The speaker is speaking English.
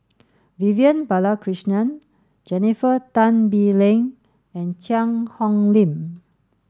Vivian Balakrishnan Jennifer Tan Bee Leng and Cheang Hong Lim